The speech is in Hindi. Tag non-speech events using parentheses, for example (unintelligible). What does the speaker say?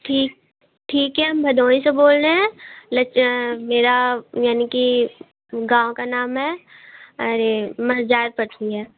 ठीक ठीक है हम भदोही से बोल रहे हैं (unintelligible) मेरा यानी कि गाँव का नाम है अरे मगजाद पखिया